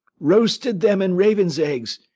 roasted them in raven's eggs,